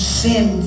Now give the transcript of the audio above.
sin